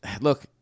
Look